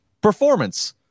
performance